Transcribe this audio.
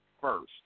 first